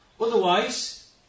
Otherwise